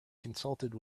consulted